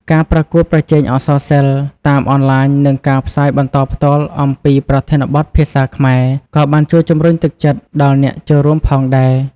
ការប្រកួតប្រជែងអក្សរសិល្ប៍តាមអនឡាញ និងការផ្សាយបន្តផ្ទាល់ អំពីប្រធានបទភាសាខ្មែរ ក៏បានជួយជំរុញទឹកចិត្តដល់អ្នកចូលរួមផងដែរ។